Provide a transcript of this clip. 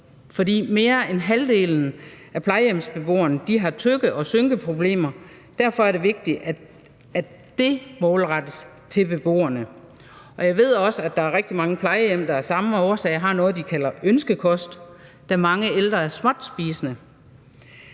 fordi mere end halvdelen af plejehjemsbeboerne har tygge- og synkeproblemer. Derfor er det vigtigt, at det målrettes til beboerne. Og jeg ved også, at der er rigtig mange plejehjem, der af samme årsag har noget, de kalder ønskekost, da mange ældre er småtspisende.